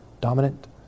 dominant